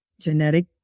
genetic